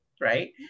Right